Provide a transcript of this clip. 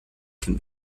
can